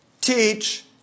teach